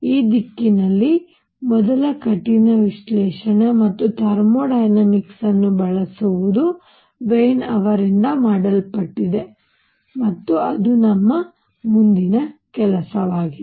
ಈ ದಿಕ್ಕಿನಲ್ಲಿ ಮೊದಲ ಕಠಿಣ ವಿಶ್ಲೇಷಣೆ ಮತ್ತೆ ಥರ್ಮೋ ಡೈನಾಮಿಕ್ಸ್ ಅನ್ನು ಬಳಸುವುದು ವೀನ್ ಅವರಿಂದ ಮಾಡಲ್ಪಟ್ಟಿದೆ ಮತ್ತು ಅದು ನಮ್ಮ ಮುಂದಿನ ಕೆಲಸವಾಗಿದೆ